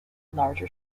larger